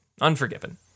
unforgiven